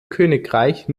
königreich